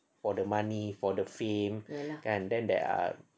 for the money for the fame kan then there are